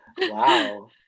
Wow